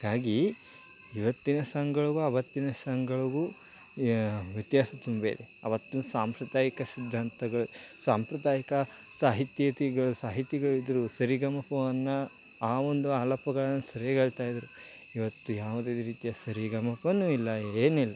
ಹಂಗಾಗಿ ಇವತ್ತಿನ ಸಾಂಗ್ಗಳಿಗೂ ಆವತ್ತಿನ ಸಾಂಗ್ಗಳಿಗೂ ವ್ಯತ್ಯಾಸ ತುಂಬ ಇದೆ ಆವತ್ತಿನ ಸಾಂಪ್ರದಾಯಿಕ ಸಿದ್ಧಾಂತಗಳು ಸಾಂಪ್ರದಾಯಿಕ ಸಾಹಿತ್ಯಗಳ್ ಸಾಹಿತಿಗಳಿದ್ದರು ಸರಿಗಮಪವನ್ನು ಆ ಒಂದು ಆಲಾಪಗಳನ್ನು ಸರಿಯಾಗಿ ಹೇಳ್ತಾಯಿದ್ರು ಇವತ್ತು ಯಾವುದೇ ರೀತಿಯ ಸರಿಗಮಪನೂ ಇಲ್ಲ ಏನಿಲ್ಲ